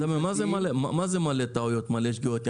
--- מה זה מלא טעויות ומלא שגיאות,